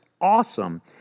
awesome